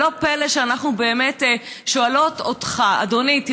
ולא פלא שאנחנו שואלות אותך: אדוני,